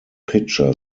pitcher